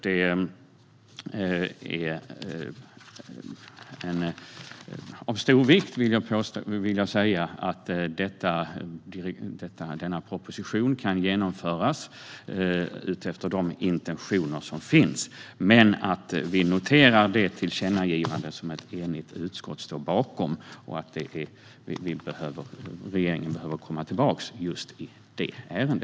Det är av stor vikt att denna proposition kan genomföras efter de intentioner som finns. Vi noterar dock det tillkännagivande som ett enigt utskott står bakom om att regeringen behöver komma tillbaka i just detta ärende.